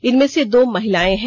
इनमें से दो महिलाएं हैं